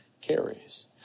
carries